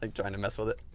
like trying to mess with it.